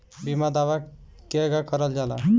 बीमा दावा केगा करल जाला?